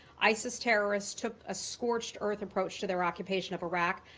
isis terrorists took a scorched-earth approach to their occupation of iraq.